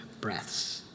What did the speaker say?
breaths